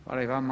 Hvala i vama.